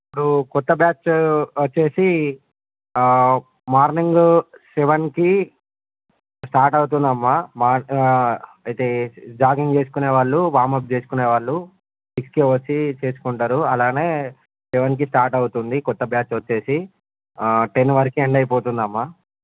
ఇప్పుడు కొత్త బ్యాచ్ వచ్చేసి మార్నింగ్ సెవెన్కి స్టార్ట్ అవుతుందమ్మా మా అయితే జాగింగ్ చేసుకొనే వాళ్ళు వామ్ అప్ చేసుకొనే వాళ్ళు సిక్స్కే వచ్చీ చేసుకుంటారు అలానే సెవెన్కి స్టార్ట్ అవుతుంది కొత్త బ్యాచ్ వచ్చేసి టెన్ వరికి ఎండ్ అయిపోతుందమ్మా